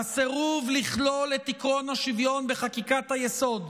הסירוב לכלול את עקרון השוויון בחקיקת היסוד,